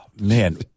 Man